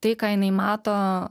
tai ką jinai mato